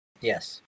Yes